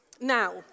Now